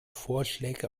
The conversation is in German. vorschläge